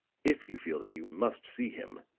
if you feel that you must see him,